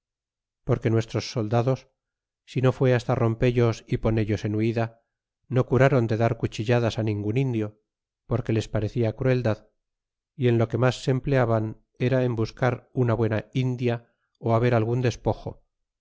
porque nuestros soldados sino fue hasta rompellos y ponellos en huida no curron de dar cuchilladas ningun indio porque les parecia crueldad y en lo que mas se empleaban era en buscar una buena india o haber algun despojo